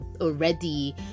already